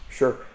Sure